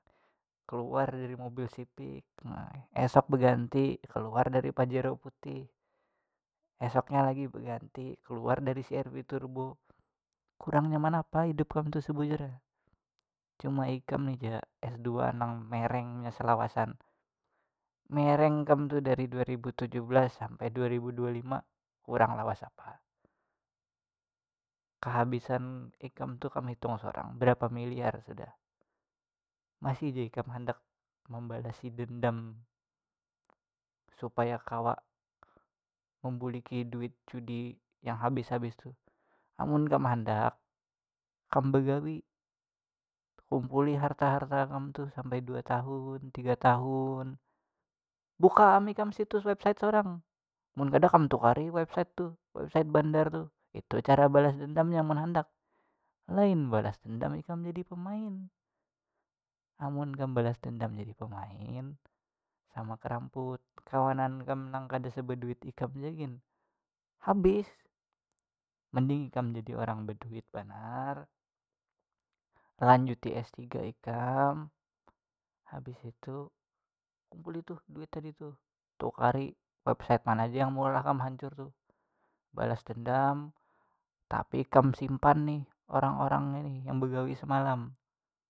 Keluar dari mobil civic esok beganti keluar dari pajero putih esoknya lagi beganti keluar dari crv turbo kurang nyaman apa hidup kam tu sebujurnya cuma ikam ni s dua nang merengnya selawasan mereng kam tu dari dua ribu tujuh belas sampai dua ribu dua lima kurang lawas apa kahabisan ikam tu kam hitung sorang barapa milyar sudah masih ja ikam handak membalasi dendam supaya kawa membuliki duit judi yang habis habis tuh amun kam handak kam bagawi kumpuli harta harta kam tuh sampai dua tahun tiga tahun buka am ikam situs website sorang mun kada kam tukari website tuh website bandar tuh itu cara balas dendamnya mun handak lain balas dendam kam jadi pemain amun kam balas dendam jadi pemain sama karamput kakawanan kam nang kada sebeduit ikam ja gin habis mending ikam jadi orang beduit banar lanjuti s tiga ikam habis itu kumpuli tuh duit tadi tu tukari website mana ja yang meulah kam hancur tu balas dendam tapi ikam simpan nih orang orang nih yang bagawi semalam.